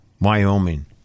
Wyoming